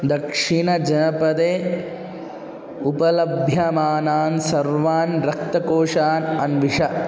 दक्षिणजनपदे उपलभ्यमानान् सर्वान् रक्तकोषान् अन्विष